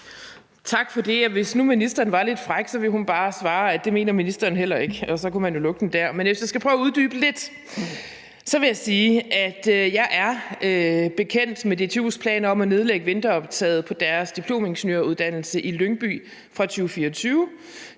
Tak for det, og hvis nu ministeren var lidt fræk, ville hun bare svare, at det mener ministeren heller ikke, og så kunne man jo lukke den der. Men hvis jeg skal prøve at uddybe det lidt, vil jeg sige, at jeg er bekendt med DTU's plan om at nedlægge vinteroptaget på deres diplomingeniøruddannelse i Lyngby fra 2024.